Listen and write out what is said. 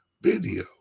video